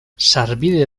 sarbide